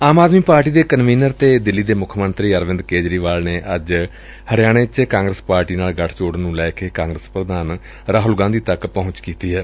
ਆਮ Aadmi party ਦੇ convener ਅਤੇ ਦਿੱਲੀ ਦੇ ਮੁੱਖ ਮੰਤਰੀ ਅਰਵਿੰਦ ਕੇਜਰੀਵਾਲ ਨੇ ਅੱਜ ਹਰਿਆਣੇ ਚ ਕਾਂਗਰਸ ਪਾਰਟੀ ਨਾਲ ਚੋਣ ਗਠਜੋੜ ਨੁੰ ਲੈ ਕੇ ਕਾਂਗਰਸ ਪ੍ਰਧਾਨ ਰਾਹੁਲ ਗਾਂਧੀ ਤੱਕ ਪਹੁੰਚ ਕੀਤੀ ਏ